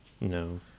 No